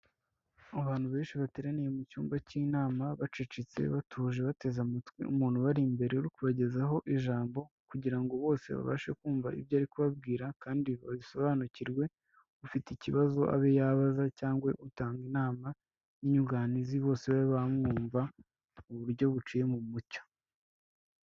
Abantu benshi bateraniye mu cyumba cy'inama, bacecetse batuje bateze amatwi umuntu ubari imbere, uri kubagezaho ijambo, kugira ngo bose babashe kumva ibyo ari kubabwira kandi babisobanukirwe, ufite ikibazo abe yabaza cyangwa utanga inama n'inyunganizi bose babe bamwumva mu buryo buciye mu mucyo.